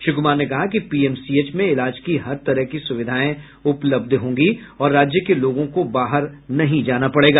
श्री कुमार ने कहा कि पीएमसीएच में इलाज की हर तरह की सुविधाएं उपलब्ध होंगी और राज्य के लोगों को बाहर नहीं जाना पड़ेगा